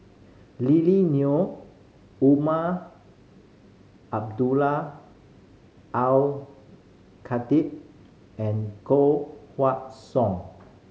Lily Neo Umar Abdullah Al Khatib and Koh Song